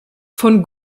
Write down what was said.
von